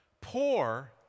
poor